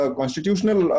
constitutional